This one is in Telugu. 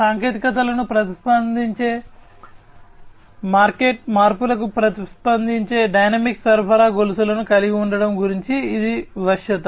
సాంకేతికతలకు ప్రతిస్పందించే మార్కెట్ మార్పులకు ప్రతిస్పందించే డైనమిక్ సరఫరా గొలుసులను కలిగి ఉండటం గురించి ఇది వశ్యత